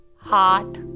heart